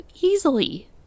easily